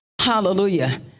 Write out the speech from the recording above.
Hallelujah